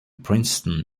princeton